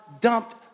dumped